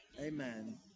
Amen